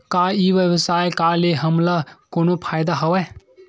का ई व्यवसाय का ले हमला कोनो फ़ायदा हवय?